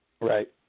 Right